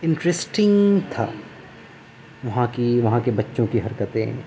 interesting تھا وہاں کی وہاں کے بچوں کی حرکتیں